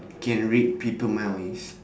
can read people mind waves